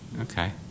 Okay